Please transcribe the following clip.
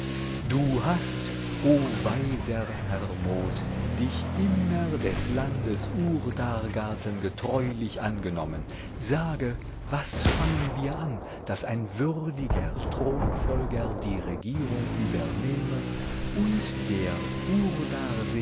du hast o weiser hermod dich immer des landes urdargarten getreulich angenommen sage was fangen wir an daß ein würdiger thronfolger die regierung übernehme und der